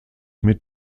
mit